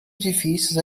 edifícios